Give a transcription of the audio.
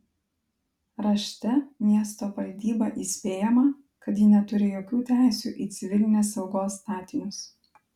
rašte miesto valdyba įspėjama kad ji neturi jokių teisių į civilinės saugos statinius